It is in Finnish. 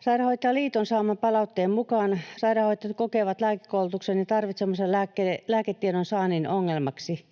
Sairaanhoitajaliiton saaman palautteen mukaan sairaanhoitajat kokevat lääkekoulutuksen ja tarvitsemansa lääketiedonsaannin ongelmalliseksi.